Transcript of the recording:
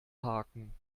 haken